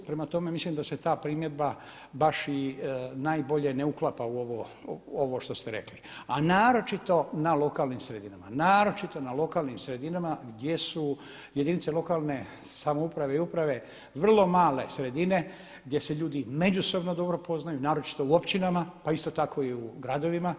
Prema tome, mislim da se ta primjedba baš i najbolje ne uklapa u ovo što ste rekli, a naročito na lokalnim sredinama, naročito na lokalnim sredinama gdje su jedinice lokalne samouprave i upravo vrlo male sredine, gdje se ljudi međusobno dobro poznaju naročito u općinama pa isto tako i u gradovima.